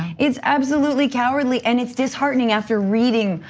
it's absolutely cowardly, and it's disheartening after reading,